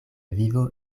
vivo